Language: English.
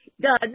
Done